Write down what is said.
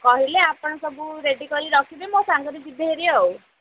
କହିଲେ ଆପଣ ସବୁ ରେଡ଼ି କରି ରଖିବେ ମୋ ସାଙ୍ଗରେ ଯିବେ ହେରି ଆଉ